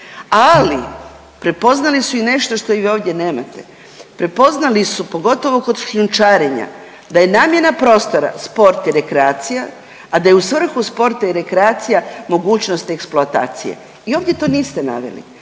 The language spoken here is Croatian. ali prepoznali su i nešto što vi ovdje nemate, prepoznali su pogotovo kod šljunčarenja da je namjena prostora, sport i rekreacija, a da je u svrhu sporta i rekreacija mogućnost eksploatacije i ovdje to niste naveli.